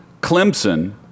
Clemson